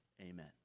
amen